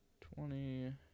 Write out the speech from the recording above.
Twenty